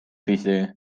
tõsi